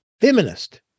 feminist